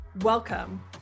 welcome